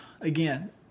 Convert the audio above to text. again